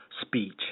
speech